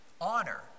honor